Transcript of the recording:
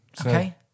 Okay